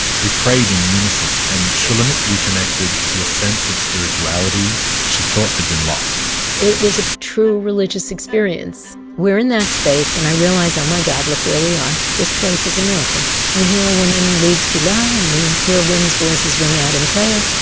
they prayed in unison, and shulamit reconnected to a sense of spirituality she thought had been lost it was a true religious experience. we're in that space and i realize oh my g d, look where we are. this place is a miracle we hear a woman lead tefillah, and we hear women's voices ring out in prayer.